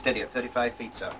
steady at thirty five feet so